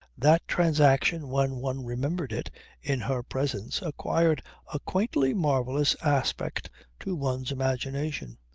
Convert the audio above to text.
that transaction when one remembered it in her presence acquired a quaintly marvellous aspect to one's imagination.